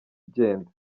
igenda